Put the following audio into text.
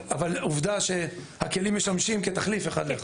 אבל עובדה שהכלים משמשים כתחליף אחד לאחד.